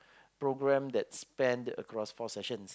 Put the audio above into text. programme that span across four sessions